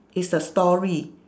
it's a story